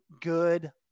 good